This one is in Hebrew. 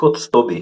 עתיקות סטובי